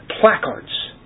placards